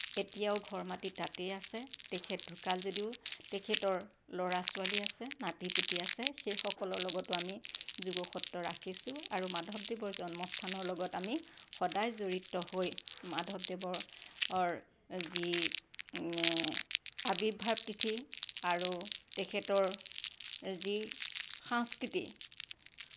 এতিয়াও ঘৰ মাটি তাতেই আছে তেখেত ঢুকাল যদিও তেখেতৰ ল'ৰা ছোৱালী আছে নাতি পুতি আছে সেইসকলৰ লগতো আমি যোগসত্ৰ ৰাখিছোঁ আৰু মাধৱদেৱৰ জন্মস্থানৰ লগত আমি সদায় জড়িত হৈ মাধৱদেৱৰ যি আবিৰ্ভাৱ তিথি আৰু তেখেতৰ যি সাংস্কৃতি